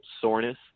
soreness